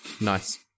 nice